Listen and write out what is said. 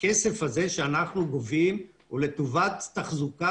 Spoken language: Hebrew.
הכסף הזה שאנחנו גובים הוא לטובת תחזוקה